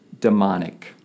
demonic